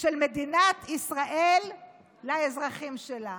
של מדינת ישראל לאזרחים שלה.